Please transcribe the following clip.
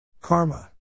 karma